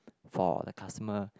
for the customer